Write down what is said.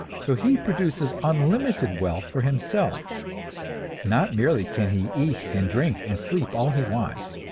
so he produces unlimited wealth for himself not merely can he eat and drink and sleep all he wants,